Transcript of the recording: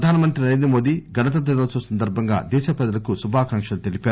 ప్రధానమంత్రి నరేంద్ర మోదీ గణతంత్ర దినోత్సవం సందర్భంగా దేశప్రజలకు శుభాకాంక్షలు తెలిపారు